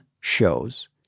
shows